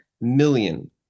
million